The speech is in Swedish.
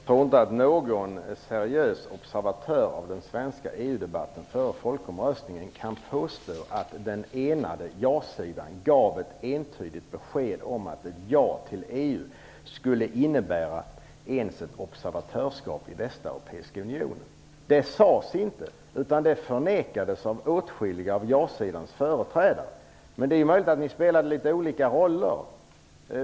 Fru talman! Jag tror inte att någon seriös observatör av den svenska EU-debatten före folkomröstningen kan påstå att den enade ja-sidan gav ett entydigt besked om att ett ja till EU skulle innebära ens ett observatörsskap i Västeuropeiska unionen. Det sades inte, utan det förnekades av åtskilliga av ja-sidans företrädare. Men det är ju möjligt att ni spelade litet olika roller.